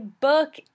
book